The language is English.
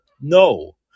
No